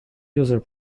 user